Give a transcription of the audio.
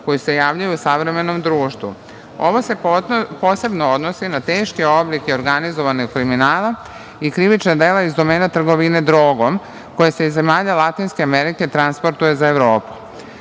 koji se javljaju u savremenom društvu. Ovo se posebno odnosi na teške oblike organizovanog kriminala i krivična dela iz domena trgovine drogom, koja se iz zemalja Latinske Amerike transportuje za